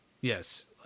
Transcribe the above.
Yes